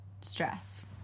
stress